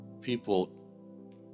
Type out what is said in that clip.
People